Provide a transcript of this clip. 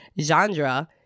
genre